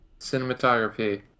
Cinematography